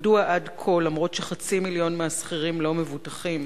מדוע עד כה, למרות ש-500,000 מהשכירים לא מבוטחים,